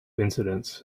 incidents